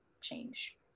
change